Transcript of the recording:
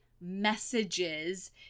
messages